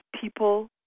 people